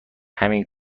همین